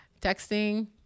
texting